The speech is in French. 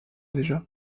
déjà